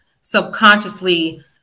subconsciously